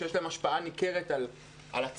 שיש להם השפעה ניכרת על הציבור,